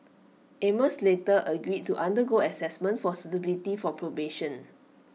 amos later agreed to undergo Assessment for suitability for probation